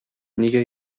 нигә